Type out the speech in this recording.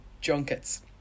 junkets